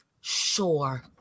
Sure